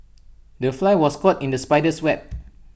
the fly was caught in the spider's web